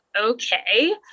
Okay